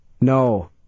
No